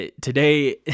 Today